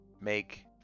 make